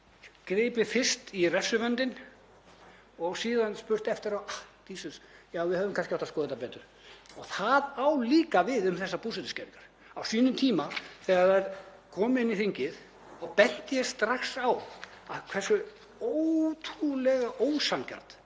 gripið fyrst í refsivöndinn og síðan sagt eftir á: Ah, díses. Já, við hefðum kannski átt að skoða þetta betur. Það á líka við um þessar búsetuskerðingar. Á sínum tíma þegar þær komu inn í þingið benti ég strax á hversu ótrúlega ósanngjarnt